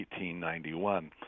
1891